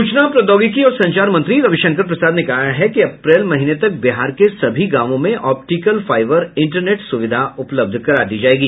सूचना प्रोद्यौगिकी और संचार मंत्री रविशंकर प्रसाद ने कहा है कि अप्रैल महीने तक बिहार के सभी गांवों में ऑप्टिकल फाईवर इंटरनेट सुविधा उपलब्ध करा दी जायेगी